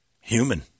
human